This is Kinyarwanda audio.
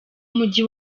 mujyi